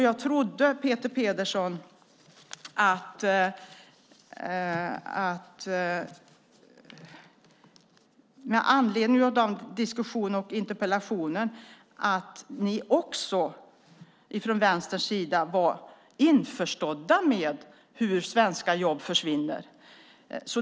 Jag trodde, Peter Pedersen, med anledning av diskussionerna och interpellationerna att ni också från Vänsterns sida var införstådda med hur svenska jobb försvinner.